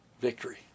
victory